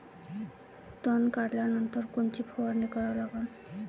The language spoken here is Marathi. तन काढल्यानंतर कोनची फवारणी करा लागन?